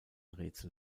rätsel